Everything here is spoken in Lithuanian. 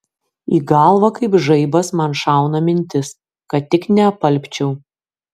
į galvą kaip žaibas man šauna mintis kad tik neapalpčiau